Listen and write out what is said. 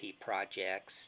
projects